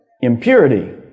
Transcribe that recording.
Impurity